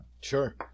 Sure